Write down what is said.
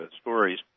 stories